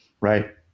Right